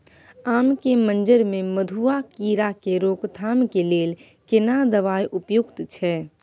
आम के मंजर में मधुआ कीरा के रोकथाम के लेल केना दवाई उपयुक्त छै?